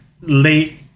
late